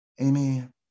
amen